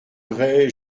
regret